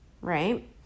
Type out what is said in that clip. right